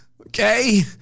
Okay